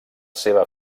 seva